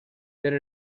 per